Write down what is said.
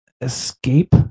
escape